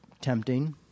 tempting